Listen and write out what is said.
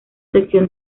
sección